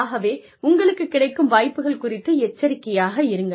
ஆகவே உங்களுக்குக் கிடைக்கும் வாய்ப்புகள் குறித்து எச்சரிக்கையாக இருங்கள்